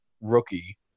rookie